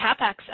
CapEx